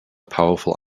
powerful